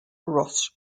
ross